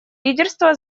лидерство